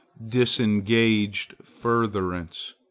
disengaged furtherance,